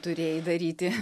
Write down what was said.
turėjai daryti